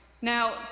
Now